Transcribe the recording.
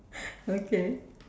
okay